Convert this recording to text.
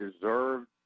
deserved